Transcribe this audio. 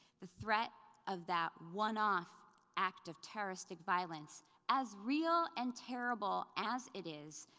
the threat of that one-off act of terroristic violence as real and terrible as it is,